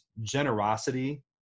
generosity